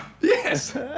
Yes